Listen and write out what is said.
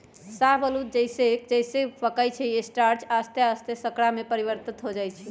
शाहबलूत जइसे जइसे पकइ छइ स्टार्च आश्ते आस्ते शर्करा में परिवर्तित हो जाइ छइ